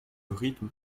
rythme